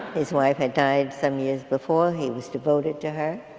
his wife had died some years before, he was devoted to her.